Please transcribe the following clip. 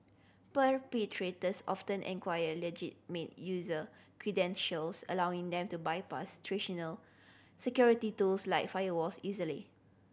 perpetrators often inquire legitimate user credentials allowing them to bypass traditional security tools like firewalls easily